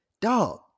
dog